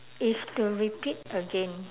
if to repeat again